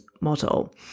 model